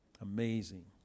Amazing